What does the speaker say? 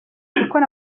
gukora